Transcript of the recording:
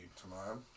tomorrow